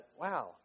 wow